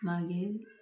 मागीर